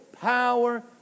power